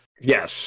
Yes